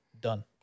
done